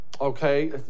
Okay